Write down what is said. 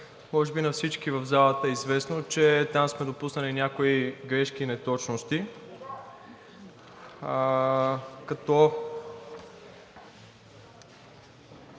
Може би на всички в залата е известно, че там сме допуснали някои грешки и неточности. На